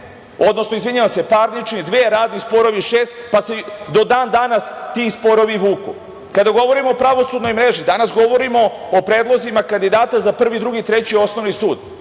odnosno, izvinjavam se, parnične dve, radni sporovi šest, pa se do dan danas ti sporovi vuku. Kada govorimo o pravosudnoj mreži danas govorimo o predlozima kandidata za Prvi, Drugi i Treći Osnovni sud.